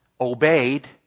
obeyed